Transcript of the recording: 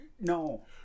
No